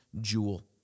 jewel